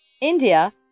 India